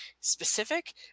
specific